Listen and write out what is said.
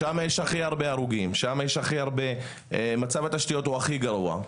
ששם יש הכי הרבה הרוגים ושם מצב התשתיות הוא הכי גרוע.